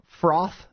froth